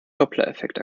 dopplereffekt